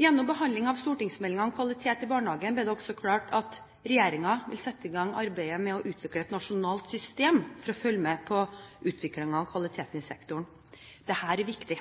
Gjennom behandlingen av stortingsmeldingen om kvalitet i barnehagen ble det også klart at regjeringen ville sette i gang arbeidet med å utvikle et nasjonalt system for å følge med på utviklingen av kvaliteten i sektoren. Dette er viktig.